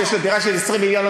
שיש לו דירה של 20 מיליון,